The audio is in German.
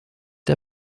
der